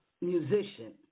musician